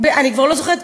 אני כבר לא זוכרת,